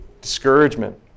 discouragement